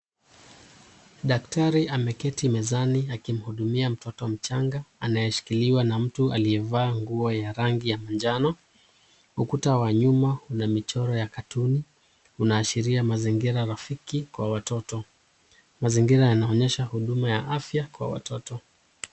Daktari ameketi mezani akimhudumia mtoto mchanga anayeshikiliwa na mtu aliyevaa nguo ya rangi ya manjano. Ukuta wa nyuma una michoro ya katuni unaashiria ya mazingira rafiki kwa watoto. Mazingira yanaonesha huduma ya afya kwa watoto.